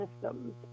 systems